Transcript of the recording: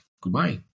goodbye